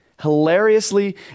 hilariously